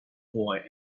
boy